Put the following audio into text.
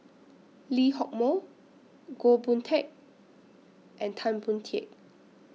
Lee Hock Moh Goh Boon Teck and Tan Boon Teik